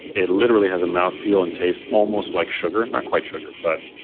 it literally has a mouthfeel and tastes almost like sugar, not quite sugar, but